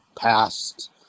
past